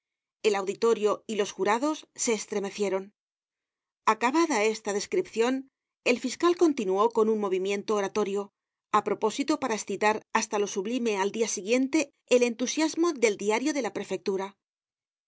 el auditorio y los jurados se estremecieron acabada esta descripcion el fiscal continuó con un movimiento oratorio á propósito para escitar hasta lo sublime al dia siguiente el entusiasmo del diario de la prefectura y